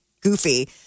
goofy